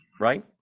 right